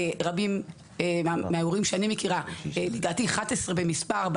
רבים מהאירועים שאני מכירה לדעתי 11 במספרם,